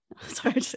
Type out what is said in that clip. Sorry